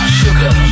sugar